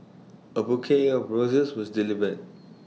A bouquet of roses was delivered